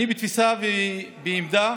אני בעמדה